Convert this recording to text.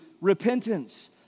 repentance